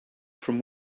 from